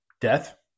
death